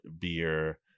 Beer